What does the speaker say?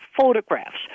photographs